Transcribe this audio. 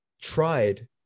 tried